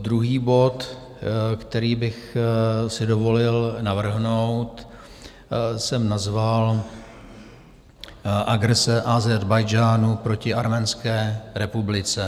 Druhý bod, který bych si dovolil navrhnout, jsem nazval Agrese Ázerbájdžánu proti Arménské republice.